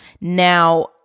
Now